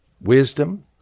wisdom